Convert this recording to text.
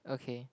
okay